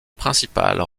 principale